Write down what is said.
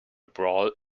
brawl